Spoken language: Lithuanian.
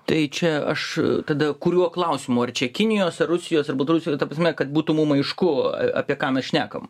tai čia aš tada kuriuo klausimu ar čia kinijos ar rusijos ar baltarusijos ta prasme kad būtų mum aišku apie ką mes šnekam